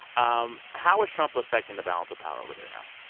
um how is trump affecting the balance of power over there now?